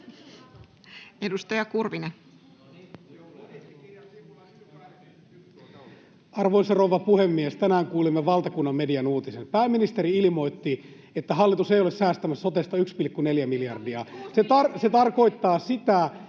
15:58 Content: Arvoisa rouva puhemies! Tänään kuulimme valtakunnan median uutisen: pääministeri ilmoitti, että hallitus ei ole säästämässä sotesta 1,4 miljardia. Se tarkoittaa sitä,